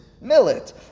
Millet